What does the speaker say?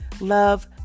love